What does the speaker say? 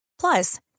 Plus